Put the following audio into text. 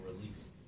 release